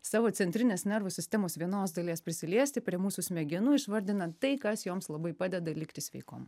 savo centrinės nervų sistemos vienos dalies prisiliesti prie mūsų smegenų išvardinant tai kas joms labai padeda likti sveikom